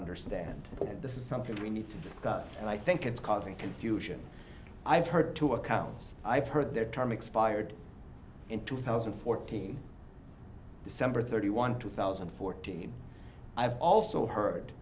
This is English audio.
understand this is something we need to discuss and i think it's causing confusion i've heard two accounts i've heard their term expired in two thousand and fourteen december thirty one two thousand and fourteen i've also heard